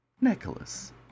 Nicholas